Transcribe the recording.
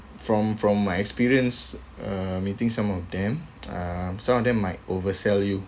from from my experience uh meeting some of them um some of them might oversell you